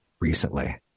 recently